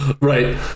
Right